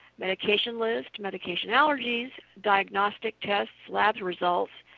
medication list, medication allergies, diagnostic tests, lab results,